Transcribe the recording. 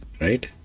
right